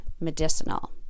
medicinal